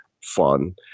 fun